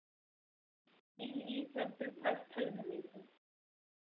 ई इसभ तीर्थ स्थल भेलै सर